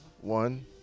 One